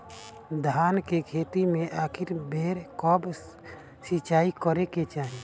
धान के खेती मे आखिरी बेर कब सिचाई करे के चाही?